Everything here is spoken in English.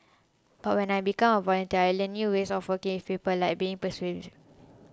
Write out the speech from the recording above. but when I became a volunteer I learnt new ways of working with people like being persuasive